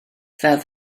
fel